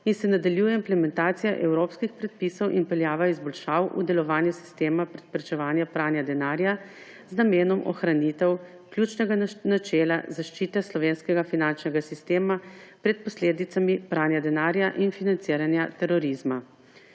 in se nadaljuje implementacija evropskih predpisov in vpeljava izboljšav v delovanje sistema preprečevanja pranja denarja z namenom ohranitve ključnega načela zaščite slovenskega finančnega sistema pred posledicami pranja denarja in financiranja terorizma.